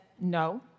no